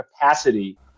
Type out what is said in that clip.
capacity